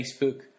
Facebook